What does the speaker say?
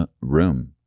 room